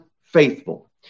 faithful